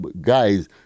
guys